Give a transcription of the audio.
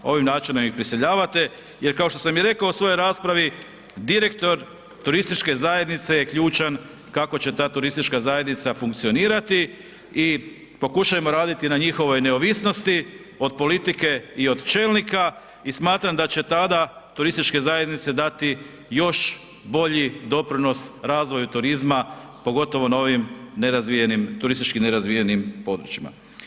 Ovim načinom ih prisiljavate jer kao što sam i rekao u svojoj raspravi, direktor turističke zajednice je ključan kako će ta turistička zajednica funkcionirati i pokušajmo raditi na njihovoj neovisnosti od politike i od čelnika i smatram da će tada turističke zajednice dati još bolji doprinos razvoju turizma, pogotovo na ovim turistički nerazvijenim područjima.